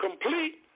complete